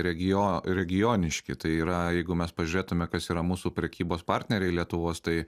regiono regioniški tai yra jeigu mes pažiūrėtume kas yra mūsų prekybos partneriai lietuvos tai